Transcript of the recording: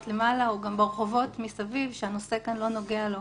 למעלה או ברחובות מסביב שהנושא של נוגע לו,